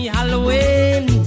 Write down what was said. Halloween